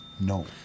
no